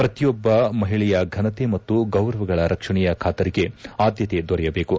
ಪ್ರತಿಯೊಬ್ಬ ಮಹಿಳೆಯ ಫನತೆ ಮತ್ತು ಗೌರವಗಳ ರಕ್ಷಣೆಯ ಖಾತರಿಗೆ ಆದ್ಯತೆ ದೊರೆಯಬೇಕು